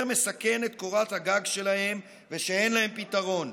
מסכן את קורת הגג שלהם ושאין להם פתרון.